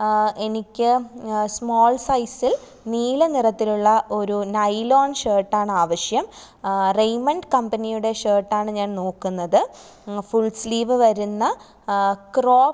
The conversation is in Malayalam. എനിക്ക് സ്മോൾ സൈസിൽ നീല നിറത്തിലുള്ള ഒരു നൈലോൺ ഷർട്ടാണ് ആവശ്യം റെയ്മണ്ട് കമ്പനിയുടെ ഷർട്ടാണ് ഞാൻ നോക്കുന്നത് ഫുൾ സ്ലീവ് വരുന്ന ക്രോപ്പ്